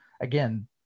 again